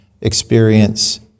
experience